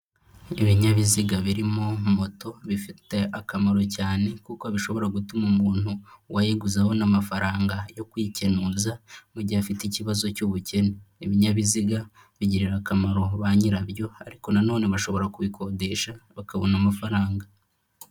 Ibinyabiziga birimo moto bifite akamaro cyane kuko bishobora gutuma umuntu wayiguze abona amafaranga yo kwikenuza mu gihe afite ikibazo cy'ubukene, ibinyabiziga bigirira akamaro ba nyirabyo ariko nanone bashobora kubikodesha bakabona amafaranga.